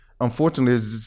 unfortunately